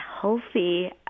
healthy